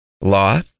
law